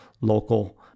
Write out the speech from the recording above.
local